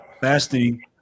Fasting